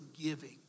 giving